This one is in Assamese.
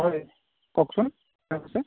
হয় কওকচোন কোনে কৈছে